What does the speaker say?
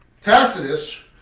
Tacitus